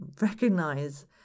recognize